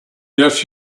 yes